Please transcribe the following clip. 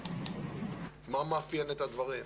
מה מאפיין את הדברים.